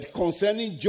concerning